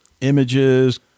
images